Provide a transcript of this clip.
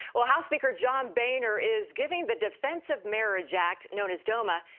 well, house speaker john boehner is giving the defense of marriage act, known as doma,